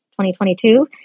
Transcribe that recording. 2022